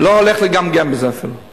לא הולך לגמגם בזה אפילו.